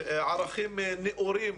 ערכים נאורים